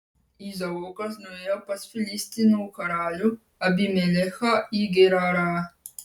izaokas nuėjo pas filistinų karalių abimelechą į gerarą